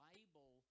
Bible